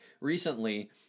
recently